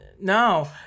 No